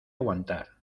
aguantar